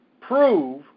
prove